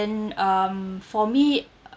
um for me